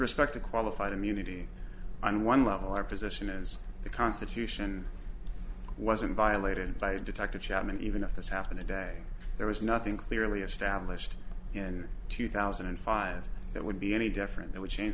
respect to qualified immunity on one level our position is the constitution wasn't violated by detective chapman even if this happened today there was nothing clearly established in two thousand and five that would be any different that would change